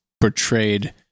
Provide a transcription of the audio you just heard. portrayed